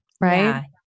right